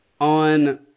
on –